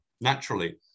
naturally